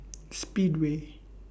Speedway